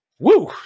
woo